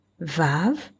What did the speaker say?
Vav